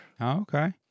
Okay